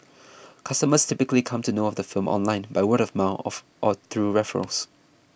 customers typically come to know of the firm online by word of mouth of or through referrals